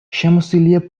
შემოსილია